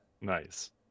Nice